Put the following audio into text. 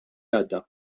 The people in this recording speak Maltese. għadda